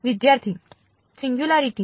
વિદ્યાર્થી સિંગયુંલારીટી